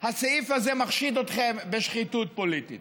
הסעיף הזה מחשיד אתכם בשחיתות פוליטית.